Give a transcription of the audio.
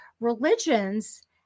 religions